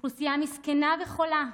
אוכלוסייה "מסכנה וחולה",